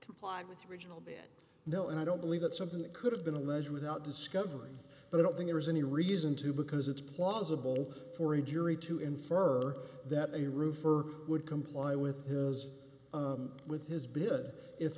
complied with regional no i don't believe that's something that could have been a leisure without discovering but i don't think there's any reason to because it's plausible for a jury to infer that a roofer would comply with his with his bid if